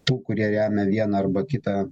tų kurie remia vieną arba kitą